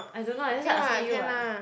I don't know that's why I asking you [what]